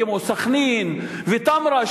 כמו סח'נין ותמרה,